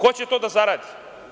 Ko će to da zaradi?